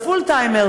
ה-full timers,